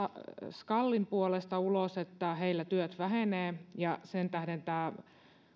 skalin puolesta tullut ulos sillä että heillä työt vähenevät ja sen tähden tämä